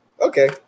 Okay